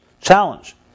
challenge